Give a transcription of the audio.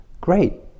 great